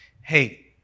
hey